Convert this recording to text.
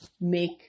make